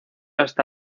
hasta